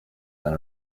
than